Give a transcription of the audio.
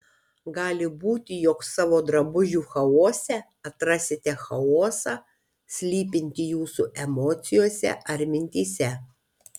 gali būti jog savo drabužių chaose atrasite chaosą slypintį jūsų emocijose ar mintyse